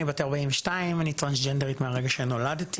אני בת 42. אני טרנסג'נדרית מהרגע שנולדתי.